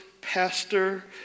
pastor